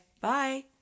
Bye